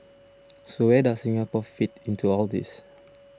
so where does Singapore fit into all this